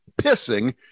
pissing